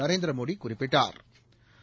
நரேந்திரமோடி குறிப்பிட்டா்